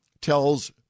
tells